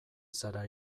zara